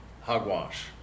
hogwash